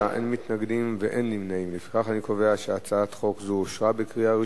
ההצעה להעביר את הצעת חוק סיוע לשדרות וליישובי